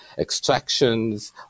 extractions